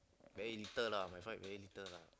very little lah my fight very little lah